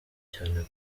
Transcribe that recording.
cyane